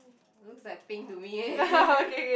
it looks like pink to me eh